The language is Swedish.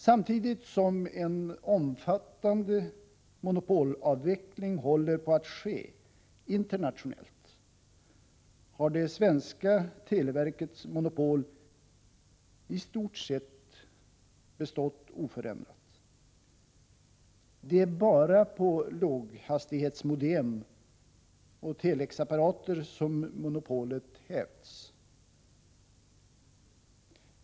Samtidigt som en omfattande monopolavveckling håller på att ske internationellt har det svenska televerkets monopol i stort sett bestått oförändrat. Det är bara på låghastighetsmodem och telexapparater som monopolet hävts.